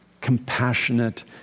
compassionate